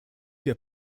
der